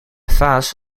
vaas